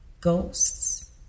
ghosts